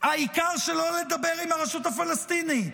העיקר שלא לדבר עם הרשות הפלסטינית.